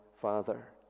father